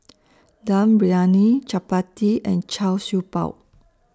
Dum Briyani Chappati and Char Siew Bao